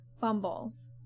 fumbles